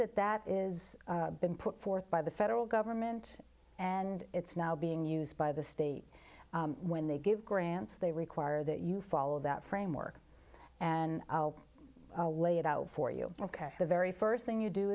that that is been put forth by the federal government and it's now being used by the state when they give grants they require that you follow that framework and lay it out for you ok the very st thing you do